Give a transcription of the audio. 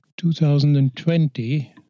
2020